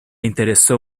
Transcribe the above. interesó